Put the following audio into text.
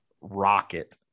rocket